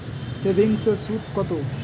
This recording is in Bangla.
সেভিংসে সুদ কত?